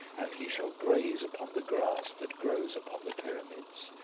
and he shall graze upon the grass that grows upon the pyramids,